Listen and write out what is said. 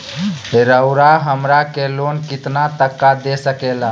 रउरा हमरा के लोन कितना तक का दे सकेला?